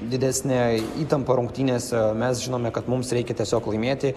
didesnė įtampa rungtynėse mes žinome kad mums reikia tiesiog laimėti